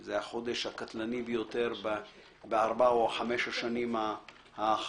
זה היה החודש הקטלני ביותר בארבע או חמש השנים האחרונות,